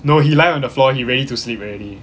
no he lie on the floor he ready to sleep already